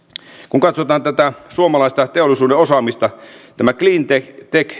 kun katsotaan tätä suomalaista teollisuuden osaamista tämä cleantech